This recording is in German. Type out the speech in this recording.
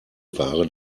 ware